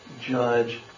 judge